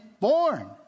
born